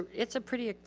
it's a pretty,